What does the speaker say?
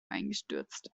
eingestürzt